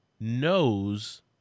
knows